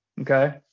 okay